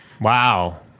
Wow